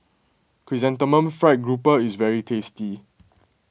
Chrysanthemum Fried Grouper is very tasty